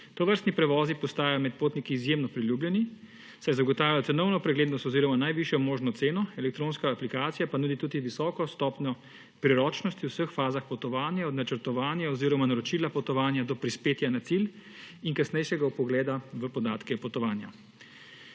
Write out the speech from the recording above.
Tovrstni prevozi postajajo med potniki izjemno priljubljeni, saj zagotavljajo cenovno preglednost oziroma najvišjo možno ceno, elektronska aplikacija pa nudi tudi(?) visoko stopnjo priročnosti v vseh fazah potovanja, od načrtovanja oziroma naročila potovanja, do prispetja na cilj in kasnejšega vpogleda v podatke potovanja.